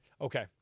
Okay